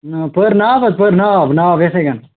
پٔر ناو حظ پٔر ناو ناو یِتھٕے کٔنۍ